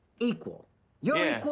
equal yeah.